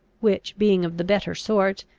which, being of the better sort,